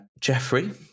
Jeffrey